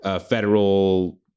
federal